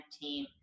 team